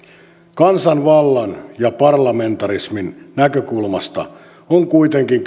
kansanvallan ja parlamentarismin näkökulmasta on kuitenkin